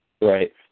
Right